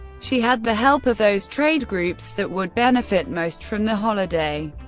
she had the help of those trade groups that would benefit most from the holiday,